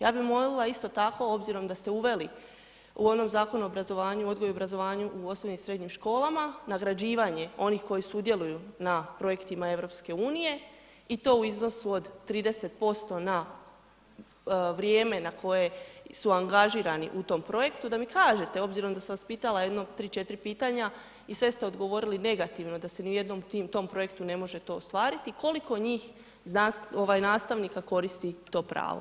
Ja bi molila isto tako obzirom da ste uveli u onom Zakonu o obrazovanju, odgoju i obrazovanju u osnovnim i srednjim školama nagrađivanje onih koji sudjeluju na projektima EU i to u iznosu od 30% na vrijeme na koje su angažirani u tom projektu da mi kažete obzirom da sam vas pitala jedno 3, 4 pitanja i sve ste odgovorili negativno da se ne i jednom tom projektu ne može to ostvariti koliko njih ovaj nastavnika koristi to pravo.